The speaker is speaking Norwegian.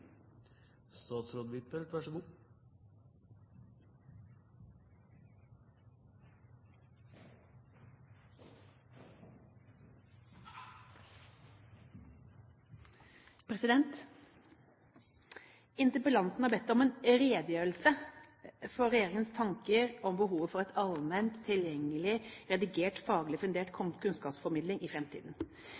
Interpellanten har bedt om en redegjørelse for regjeringens tanker om behovet for en allment tilgjengelig, redigert, faglig fundert kunnskapsformidling i